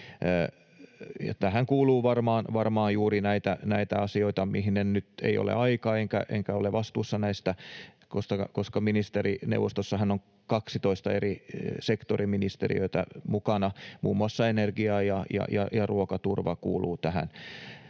tähän kuuluu varmaan juuri näitä asioita, mihin nyt ei ole aikaa, enkä ole vastuussa näistä, koska ministerineuvostossahan on 12 eri sektorin ministeriötä mukana, muun muassa energia- ja ruokaturva kuuluvat tähän.